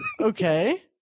Okay